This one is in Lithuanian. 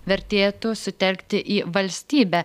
vertėtų sutelkti į valstybę